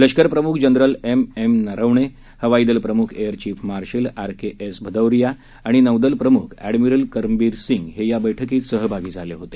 लष्कर प्रमुख general M M Naravane हवाईदल प्रमुख air chief marshal R K S Bhadauria आणि नौदल प्रमुख ऍडमिरल करमबीर सिंग ही बस्कीत सहभागी झाले होते